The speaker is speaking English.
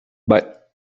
but